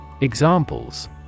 Examples